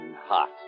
hot